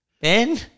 Ben